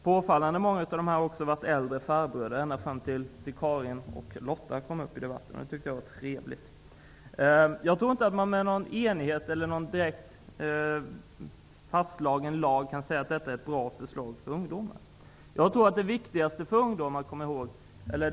Påfallande många har varit äldre farbröder, ända fram tills Karin Pilsäter och Lotta Edholm gick upp i debatten. Det tycker jag var trevligt. Jag tror inte att man i någon enighet direkt kan säga att det här förslaget är bra för ungdomar.